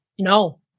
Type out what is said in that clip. No